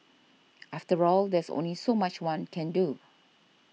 after all there's only so much one can do